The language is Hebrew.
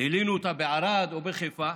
הלינו אותה בערד או בחיפה.